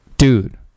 Dude